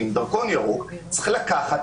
בסדר,